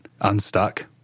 unstuck